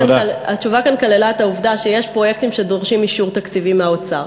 התשובה כאן כללה את העובדה שיש פרויקטים שדורשים אישור תקציבי מהאוצר.